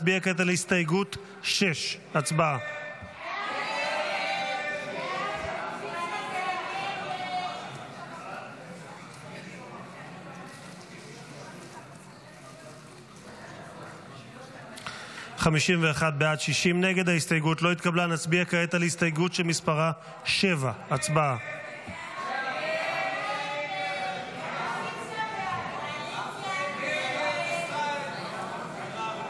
נצביע כעת על הסתייגות 6. הצבעה.